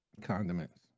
condiments